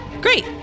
Great